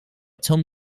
tom